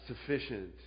sufficient